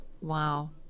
Wow